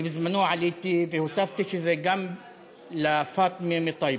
אני בזמנו עליתי והוספתי שזה גם לפאטמה מטייבה.